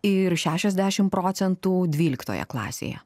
ir šešiasdešimt procentų dvyliktoje klasėje